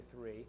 three